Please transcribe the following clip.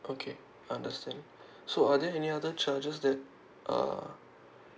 okay understand so are there any other charges that uh